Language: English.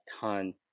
ton